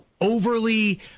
overly